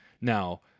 Now